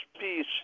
peace